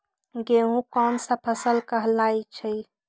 गेहूँ कोन सा फसल कहलाई छई?